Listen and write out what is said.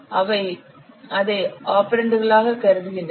அவை அதை ஆபரெண்டுகளாகக் கருதுகின்றன